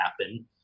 happen